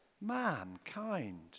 mankind